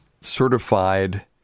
certified